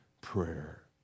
prayer